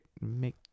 make